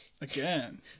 again